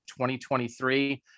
2023